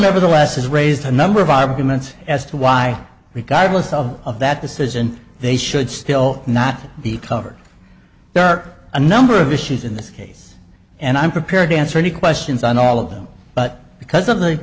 nevertheless has raised a number of arguments as to why regardless of that decision they should still not the cover there are a number of issues in this case and i'm prepared to answer any questions on all of them but because of the